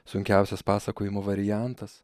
sunkiausias pasakojimo variantas